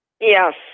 Yes